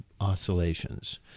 oscillations